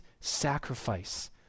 sacrifice